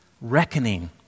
reckoning